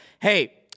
hey